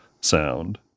sound